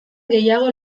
gehiago